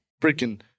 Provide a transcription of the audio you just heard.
Freaking